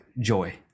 joy